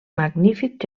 magnífic